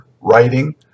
writing